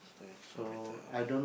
thanks